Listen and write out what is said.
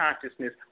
consciousness